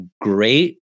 great